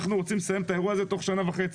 אנחנו רוצים לסיים את האירוע הזה תוך שנה וחצי.